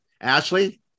Ashley